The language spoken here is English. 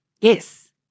yes